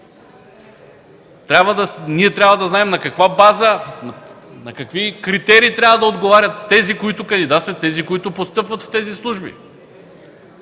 Ние трябва да знаем на каква база, на какви критерии трябва да отговарят тези, които кандидатстват, тези, които постъпват в тези служби,